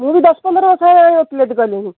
ମୁଁ ବି ଦଶ ପନ୍ଦର ବର୍ଷ ହେଲାଣି ଓକିଲାତି କଲିଣି